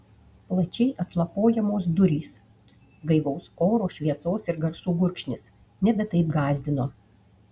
plačiai atlapojamos durys gaivaus oro šviesos ir garsų gurkšnis nebe taip gąsdino